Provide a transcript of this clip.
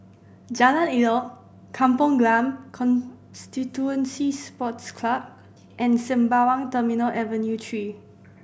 Jalan Elok Kampong Glam Constituency Sports Club and Sembawang Terminal Avenue Three